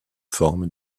forme